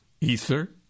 Ether